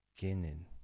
beginning